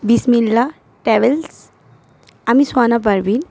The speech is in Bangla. বিসমিল্লা ট্র্যাভেলস আমি সুহানা পারভিন